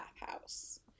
bathhouse